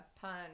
pun